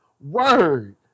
Word